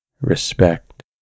respect